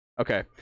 Okay